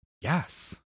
yes